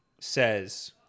says